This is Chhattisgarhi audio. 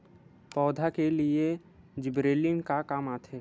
पौधा के लिए जिबरेलीन का काम आथे?